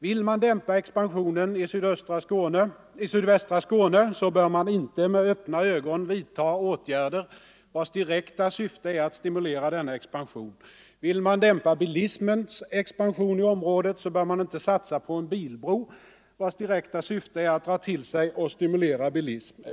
Vill man dämpa expansionen i sydvästra Skåne så bör man inte med öppna ögon vidta åtgärder vilkas direkta syfte är att stimulera denna expansion. Vill man dämpa bilismens expansion i området så bör man inte satsa på en bilbro vars direkta syfte är att dra till sig och stimulera bilism.